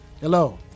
Hello